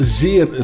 zeer